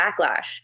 backlash